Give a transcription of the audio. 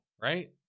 right